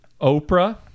Oprah